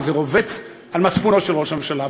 וזה רובץ על מצפונו של ראש הממשלה.